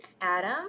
Adam